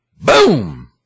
Boom